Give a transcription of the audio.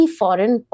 foreign